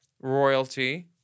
royalty